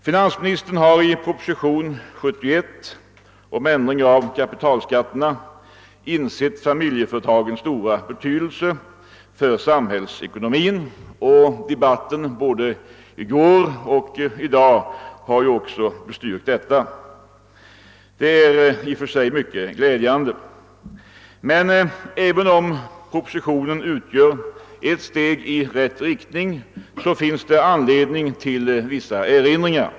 "Finansministern har i proposition 71 med förslag till ändring av kapitalskatterna insett familjeföretagens stora betydelse för samhällsekonomin. Denna betydelse har bekräftats i debatten både igår och i dag. Det är i och för sig mycket glädjande. Men även om propositionen utgör ett steg i rätt riktning finns det dock anledning till vissa erinringar.